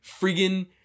friggin